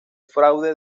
fraude